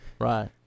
Right